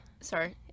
sorry